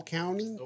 County